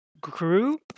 group